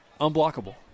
Unblockable